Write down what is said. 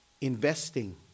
investing